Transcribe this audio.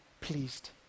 pleased